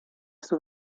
sus